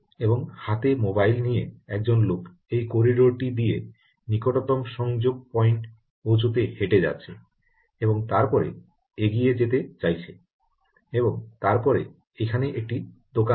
এবং হাতে মোবাইল নিয়ে একজন লোক এই করিডোরটি দিয়ে নিকটতম সংযোগ পয়েন্ট পৌঁছাতে হেঁটে যাচ্ছে এবং তারপরে এগিয়ে যেতে চাইছে এবং তারপরে এখানে একটি দোকান আছে